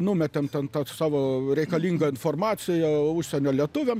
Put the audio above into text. numetėm ten tą savo reikalingą informaciją užsienio lietuviam